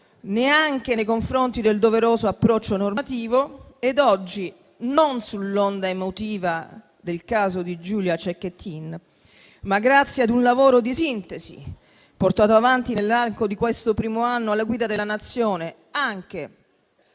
neanche nei confronti del doveroso approccio normativo ed oggi, non sull'onda emotiva del caso di Giulia Cecchettin, ma grazie ad un lavoro di sintesi portato avanti nell'arco di questo primo anno alla guida della Nazione, anche